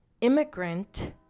immigrant